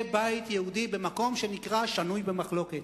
בית יהודי במקום שנקרא "שנוי במחלוקת".